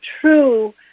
True